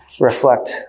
reflect